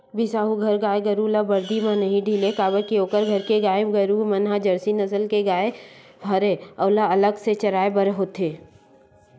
बिसाहू घर गाय गरु ल बरदी म नइ ढिलय काबर के ओखर घर के गाय मन ह बने जरसी नसल के गाय हरय ओला अलगे ले चराय बर होथे